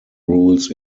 rules